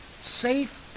safe